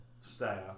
staff